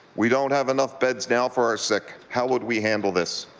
we don't have enough beds now for our sick, how would we handle this?